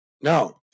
No